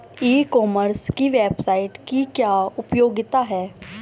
ई commerce की website की क्या उपयोगिता है?